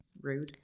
rude